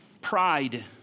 pride